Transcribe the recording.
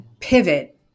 pivot